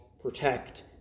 protect